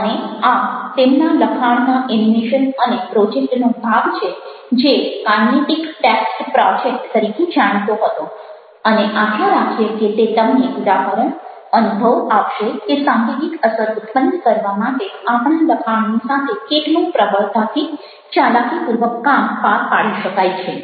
અને આ તેમના લખાણના એનિમેશન અને પ્રોજેક્ટનો ભાગ છે જે kinetic text project Kinetik Text Project" તરીકે જાણીતો હતો અને આશા રાખીએ કે તે તમને ઉદાહરણ અનુભવ આપશે કે સાંવેગિક અસર ઉત્પન્ન કરવા માટે આપણા લખાણની સાથે કેટલું પ્રબળતાથી ચાલાકીપૂર્વક કામ પાર પાડી શકાય છે